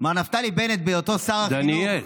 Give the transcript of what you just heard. מר נפתלי בנט, בהיותו שר החינוך, דניאל,